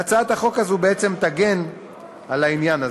והצעת החוק הזו בעצם תגן על העניין הזה.